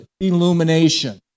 illumination